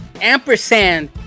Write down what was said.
Ampersand